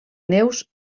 neus